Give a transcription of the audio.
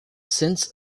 since